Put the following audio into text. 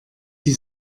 die